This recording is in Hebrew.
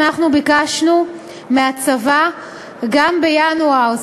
אנחנו ביקשנו מהצבא גם בינואר,